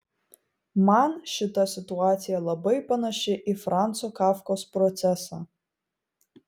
man šita situacija labai panaši į franco kafkos procesą